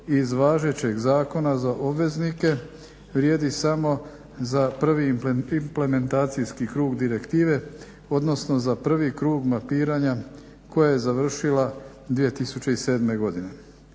iz važećeg zakona za obveznike vrijedi samo za prvi implementacijski krug direktive, odnosno za prvi krug mapiranja koja je završila 2007. godine.